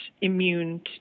immune